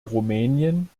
rumänien